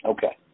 Okay